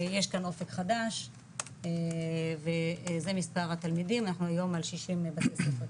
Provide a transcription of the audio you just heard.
יש כאן אופק חדש וזה מספר התלמידים אנחנו היו על 60 בתי ספר כאלה,